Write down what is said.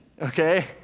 okay